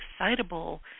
excitable